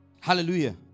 Hallelujah